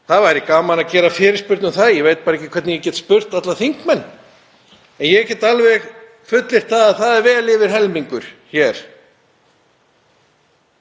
það væri gaman að gera fyrirspurn um það. Ég veit bara ekki hvernig ég get spurt alla þingmenn. En ég get alveg fullyrt að það er vel yfir helmingur hér.